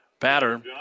Batter